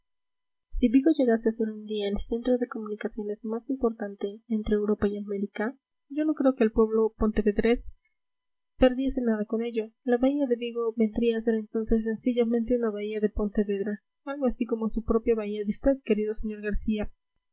si vigo llegase a ser un día el centro de comunicaciones más importante entre europa y américa yo no creo que el pueblo pontevedrés perdiese nada con ello la bahía de vigo vendría a ser entonces sencillamente una bahía de pontevedra algo así como su propia bahía de usted querido sr garcía